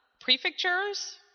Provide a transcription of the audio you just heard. prefectures